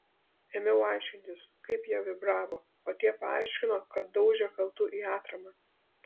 ėmiau aiškintis kaip jie vibravo o tie paaiškino kad daužė kaltu į atramą